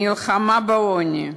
מלחמה בעוני,